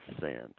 sand